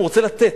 הוא רוצה לתת,